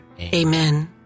Amen